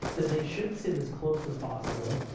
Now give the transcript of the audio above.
that they should seat as close as possible.